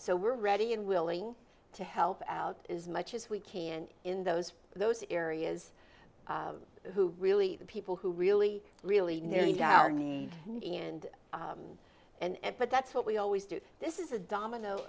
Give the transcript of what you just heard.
so we're ready and willing to help out as much as we can in those those areas who really the people who really really need our need and and but that's what we always do this is a domino